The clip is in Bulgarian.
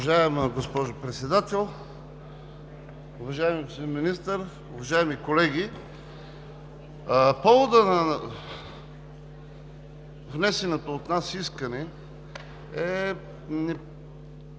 Уважаема госпожо Председател, уважаеми господин Министър, уважаеми колеги! Поводът на внесеното от нас искане е, че от